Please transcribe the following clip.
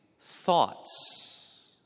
thoughts